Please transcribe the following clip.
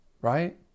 right